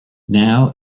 now